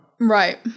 Right